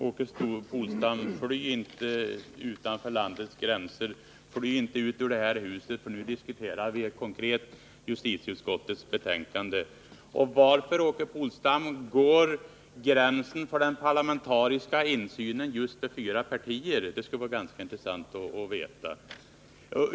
Fru talman! Fly inte, Åke Polstam, utanför landets gränser! Fly inte ut ur det här huset, för nu diskuterar vi konkret justitieutskottets betänkande! Och varför, Åke Polstam, går gränsen för den parlamentariska insynen just vid fyra partier? Det skulle vara ganska intressant att veta.